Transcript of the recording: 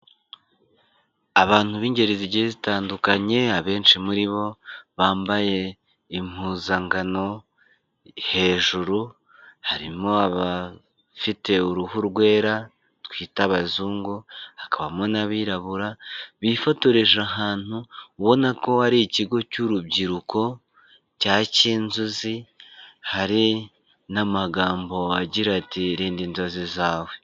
Abantu b'ingeri zigiye zitandukanye abenshi muri bo bambaye impuzankano hejuru, harimo abafite uruhu rwera twita abazungu, hakaba mo n'abirabura, bifotoreje ahantu ubona ko ari ikigo cy'urubyiruko cya Cyinzuzi hari n'amagambo agira ati rinda inzozi zawe.